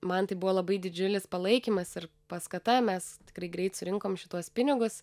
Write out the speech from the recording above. man tai buvo labai didžiulis palaikymas ir paskata mes tikrai greit surinkom šituos pinigus